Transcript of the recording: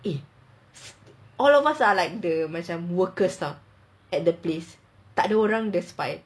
eh all of us are like the macam workers staff at the place tak ada orang the spy